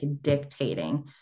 dictating